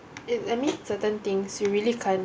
it admit certain things you really can't